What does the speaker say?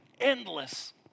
endless